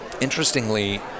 Interestingly